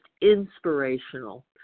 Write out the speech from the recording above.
inspirational